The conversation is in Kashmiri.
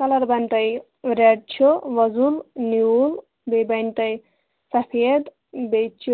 کَلَر بَنہِ تۄہہِ رٮ۪ڈ چھُ وۅزُل نیٛوٗل بیٚیہِ بَنہِ تۄہہِ سفیٖد بیٚیہِ چھُ